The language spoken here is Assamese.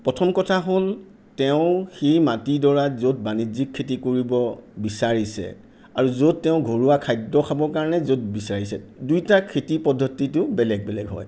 প্ৰথম কথা হ'ল তেওঁ সেই মাটিডৰা য'ত বাণিজ্যিক খেতি কৰিব বিচাৰিছে আৰু য'ত তেওঁ ঘৰুৱা খাদ্য খাবৰ কাৰণে য'ত বিচাৰিছে দুয়োটা খেতি পদ্ধতিটো বেলেগ বেলেগ হয়